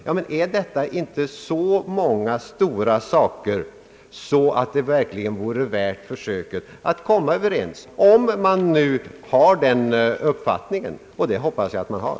Ja, men är inte detta så stora frågor att de vore värda försöket att komma överens, om man nu har den uppfattningen; och det hoppas jag att man har.